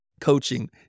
coaching